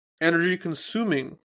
energy-consuming